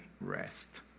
rest